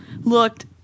looked